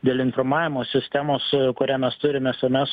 dėl informavimo sistemos kurią mes turime su mes